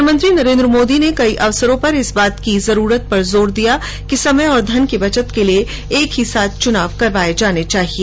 प्रधानमंत्री नरेन्द्र मोदी ने कई अवसरों पर इस बात की आवश्यकता पर जोर दिया है कि समय और धन की बचत के लिए एक ही साथ चुनाव कराये जाने चाहिए